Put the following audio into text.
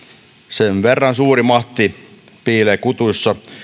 sen verran suuri mahti piilee kutuissa